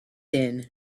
din